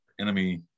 enemy